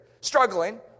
struggling